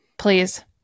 please